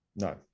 No